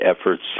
efforts